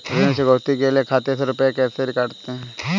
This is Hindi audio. ऋण चुकौती के लिए खाते से रुपये कैसे कटते हैं?